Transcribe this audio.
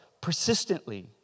persistently